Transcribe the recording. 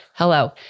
Hello